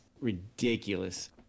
ridiculous